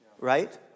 right